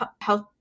health